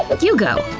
and you go!